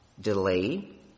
delay